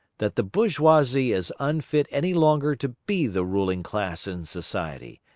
that the bourgeoisie is unfit any longer to be the ruling class in society,